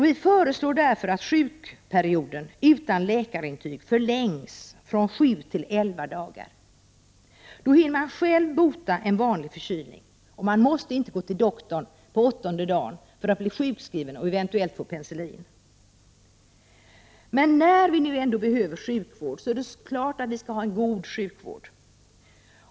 Vi föreslår därför att sjukperioden utan läkarintyg förlängs från sju till elva dagar. Då hinner man själv bota en vanlig förkylning och måste inte gå till doktorn på åttonde dagen och bli sjukskriven och eventuellt få penicillin. Men när vi ändå behöver sjukvård skall vi ha god sjukvård.